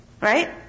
Right